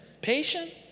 patient